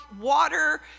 water